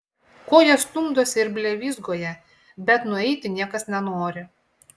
ko jie stumdosi ir blevyzgoja bet nueiti niekas nenori